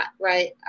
right